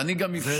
אני גם אפשרתי,